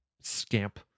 scamp